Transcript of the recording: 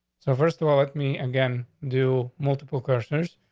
so first of all, let me again do multiple customers.